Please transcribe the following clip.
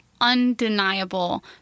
undeniable